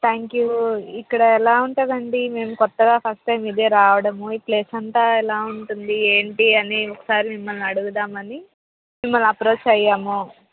thank you ఇక్కడ ఎలా ఉంటుంది అండి మేము కొత్తగా ఫస్ట్ టైం ఇదే రావడము ఈ ప్లేస్ అంతా ఎలా ఉంటుంది ఏంటి అని ఒకసారి మిమ్మల్ని అడుగుదామని మిమ్మల్ని అప్రోచ్ అయ్యాము